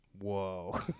Whoa